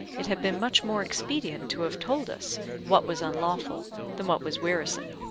it had been much more expedient to have told us what was unlawful than what was wearisome.